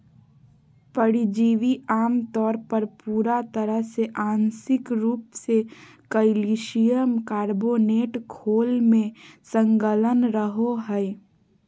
परिजीवी आमतौर पर पूरा तरह आंशिक रूप से कइल्शियम कार्बोनेट खोल में संलग्न रहो हइ